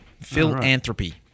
Philanthropy